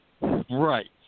Right